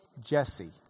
Jesse